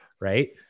right